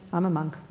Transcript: i'm a monk.